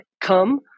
come